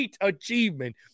achievement